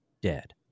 dead